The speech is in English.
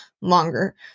longer